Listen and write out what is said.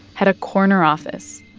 had a corner office.